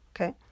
okay